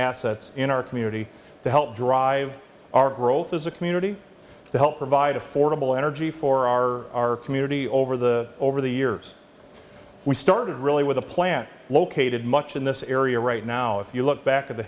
assets in our community to help drive our growth as a community to help provide affordable energy for our community over the over the years we started really with a plant located much in this area right now if you look back at the